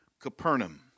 Capernaum